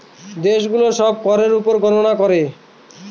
দেশে গুলো সব করের উপর গননা করে